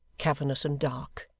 cavernous and dark.